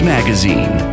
Magazine